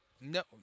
No